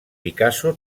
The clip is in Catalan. picasso